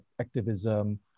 activism